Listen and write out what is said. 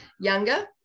younger